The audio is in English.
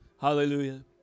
Hallelujah